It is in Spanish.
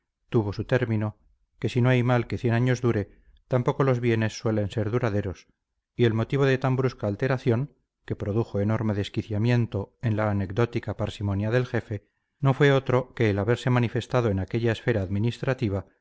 tuvo su término que si no hay mal que cien años dure tampoco los bienes suelen ser duraderos y el motivo de tan brusca alteración que produjo enorme desquiciamiento en la anecdótica parsimonia del jefe no fue otro que el haberse manifestado en aquella esfera administrativa